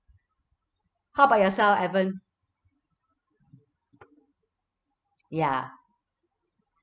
how about yourself evan ya